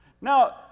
Now